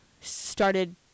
started